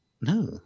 No